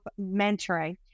mentoring